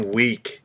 week